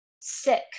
sick